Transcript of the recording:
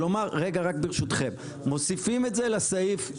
כלומר מוסיפים את זה לסעיף 7,